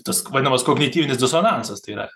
tas vadinamas kognityvinis disonansas tai yra